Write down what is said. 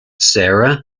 sarah